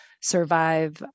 survive